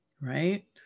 right